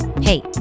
Hey